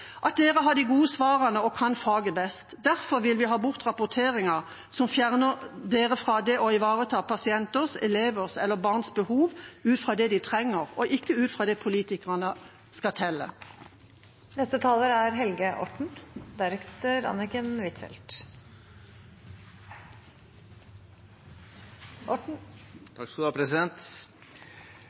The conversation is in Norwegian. ansvaret dere har, på en god måte, og at dere har de gode svarene og kan faget best. Derfor vil vi ha bort rapporteringer som fjerner dere fra det å ivareta pasienters, elevers eller barns behov ut fra det de trenger, og ikke ut fra det politikerne skal telle. Siden 2013 er